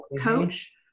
coach